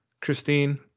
Christine